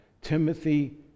Timothy